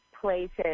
places